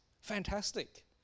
Fantastic